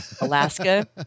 Alaska